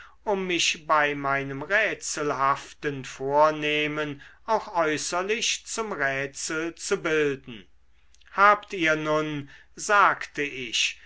um mich bei meinem rätselhaften vornehmen auch äußerlich zum rätsel zu bilden habt ihr nun sagte ich